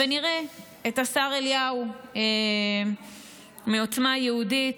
ונראה את השר אליהו מעוצמה יהודית,